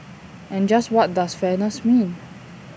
and just what does fairness mean